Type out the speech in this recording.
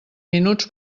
minuts